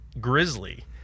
Grizzly